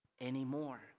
anymore